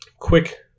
Quick